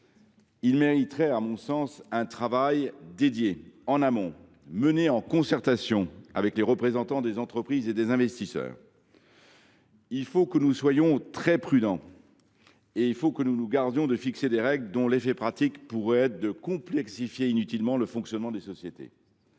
mériterait que l’on y consacre un travail spécifique en amont, mené en concertation avec les représentants des entreprises et des investisseurs. Il faut que nous soyons très prudents et que nous nous gardions de fixer des règles dont l’effet pratique pourrait être de complexifier inutilement le fonctionnement des sociétés.